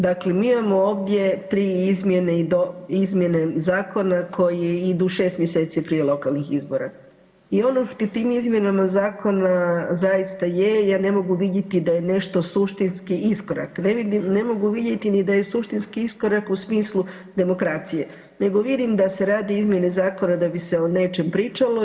Dakle, mi imamo ovdje tri izmjene zakona koje idu šest mjeseci prije lokalnih izbora i ono što tim izmjenama zakona zaista je ja ne mogu vidjeti da je nešto suštinski iskorak, ne mogu vidjeti ni da je suštinski iskorak u smislu demokracije nego vidim da se rade izmjene zakona da bi se o nečem pričalo.